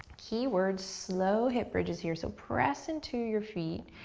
keyword, slow hip bridges here so press into your feet,